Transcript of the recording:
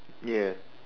yes